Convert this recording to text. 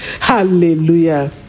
Hallelujah